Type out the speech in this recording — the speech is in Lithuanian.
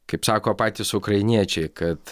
kaip sako patys ukrainiečiai kad